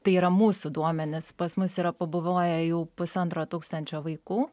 tai yra mūsų duomenys pas mus yra pabuvoję jau pusantro tūkstančio vaikų